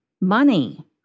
money